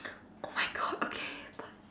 oh my god okay but